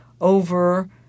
over